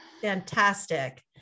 Fantastic